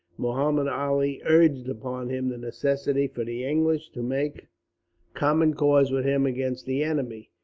muhammud ali urged upon him the necessity for the english to make common cause with him against the enemy,